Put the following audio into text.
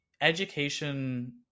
education